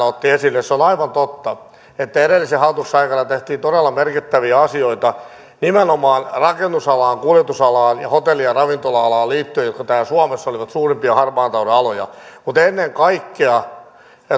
otti esille se on aivan totta että edellisen hallituksen aikana tehtiin todella merkittäviä asioita nimenomaan rakennusalaan kuljetusalaan ja hotelli ja ravintola alaan liittyen jotka täällä suomessa olivat suurimpia harmaan talouden aloja mutta ennen kaikkea ja